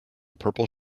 purple